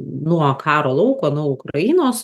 nuo karo lauko nuo ukrainos